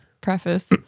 preface